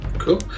Cool